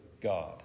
God